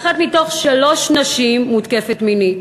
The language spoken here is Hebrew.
אחת מתוך שלוש נשים מותקפת מינית,